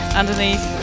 underneath